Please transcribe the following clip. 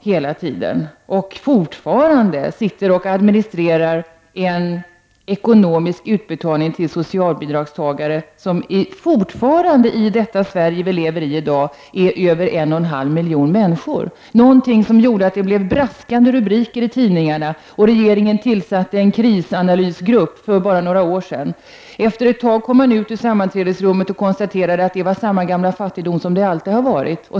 Där sitter folk fortfarande och administrerar utbetalningar till socialbidragstagare som, fortfarande i det Sverige vi i dag lever i, är över 1,5 miljoner människor. Detta gjorde att det blev braskande rubriker i tidningarna. Regeringen tillsatte en krisanalysgrupp för bara några år sedan. Efter ett tag kom man ut ur sammanträdesrummet och konstaterade att det var samma gamla fattigdom som det alltid har varit.